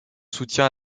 soutien